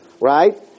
right